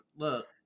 Look